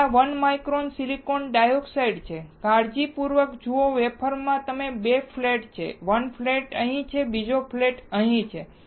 આ 1 micron silicon dioxide છે કાળજીપૂર્વક જુઓ વેફરમાં તેમાં 2 ફ્લેટ છે 1 ફ્લેટ અહીં છે બીજો ફ્લેટ અહીં છે